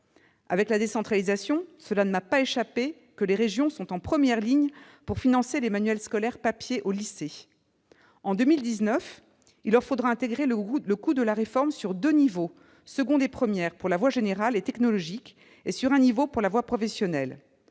Avec la décentralisation, il ne m'a pas échappé que les régions sont en première ligne pour financer les manuels scolaires papier au lycée. En 2019, il leur faudra intégrer le coût de la réforme sur deux niveaux, seconde et première, pour la voie générale et technologique et sur un niveau pour la voie professionnelle.